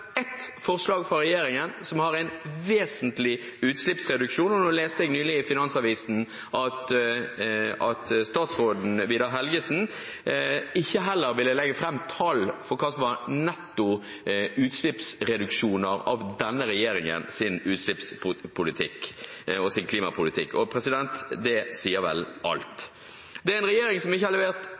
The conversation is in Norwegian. forslag fra regjeringen som har en vesentlig utslippsreduksjon. Og nå leste jeg nylig i Finansavisen at statsråd Vidar Helgesen heller ikke ville legge fram tall for hva som var netto utslippsreduksjoner som følge av denne regjeringens utslippspolitikk og klimapolitikk – og det sier vel alt. Dette er en regjering som ikke har